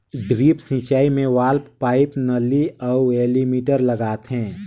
drip सिंचई मे valve, pipe, नली अउ एलीमिटर लगाथें